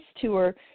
tour